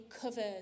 covered